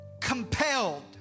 compelled